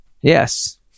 yes